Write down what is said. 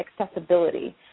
accessibility